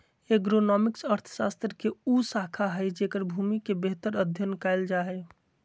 agronomics अर्थशास्त्र के उ शाखा हइ जेकर भूमि के बेहतर अध्यन कायल जा हइ